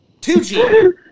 2G